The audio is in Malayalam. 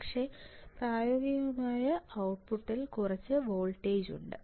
പക്ഷേ പ്രായോഗികമായി ഔട്ട്പുട്ടിൽ കുറച്ച് വോൾട്ടേജ് ഉണ്ട്